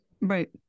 Right